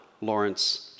Lawrence